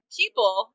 people